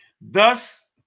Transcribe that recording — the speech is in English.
thus